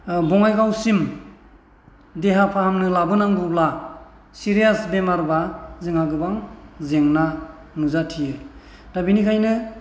बङाइगावसिम देहा फाहामनो लाबोनांगौब्ला सिरियास बेमारबा जोंहा गोबां जेंना नुजाथियो दा बेनिखायनो